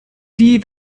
die